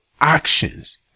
actions